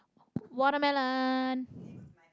watermelon